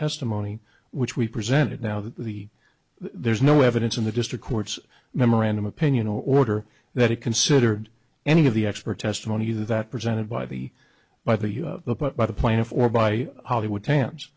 testimony which we presented now that the there's no evidence in the district court's memorandum opinion order that it considered any of the expert testimony that presented by the by the by the plaintiff or by hollywood tan